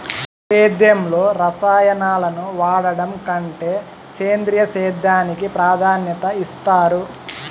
సేద్యంలో రసాయనాలను వాడడం కంటే సేంద్రియ సేద్యానికి ప్రాధాన్యత ఇస్తారు